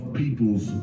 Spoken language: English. people's